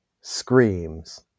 screams